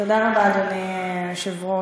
תודה רבה, אדוני היושב-ראש.